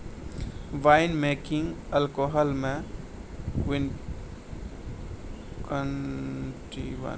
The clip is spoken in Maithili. वाइन मेकिंग अल्कोहल म किण्वन आरु तैयार तरल केरो बाटलिंग होय छै